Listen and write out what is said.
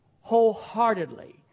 wholeheartedly